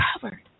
covered